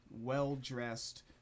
well-dressed